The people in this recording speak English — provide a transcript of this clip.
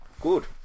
Good